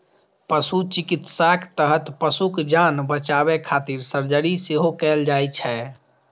पशु चिकित्साक तहत पशुक जान बचाबै खातिर सर्जरी सेहो कैल जाइ छै